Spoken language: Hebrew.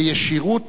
בישירות,